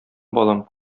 балам